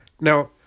Now